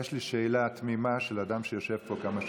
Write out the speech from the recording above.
יש לי שאלה תמימה של אדם שיושב פה כמה שנים.